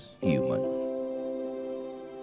human